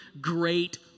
great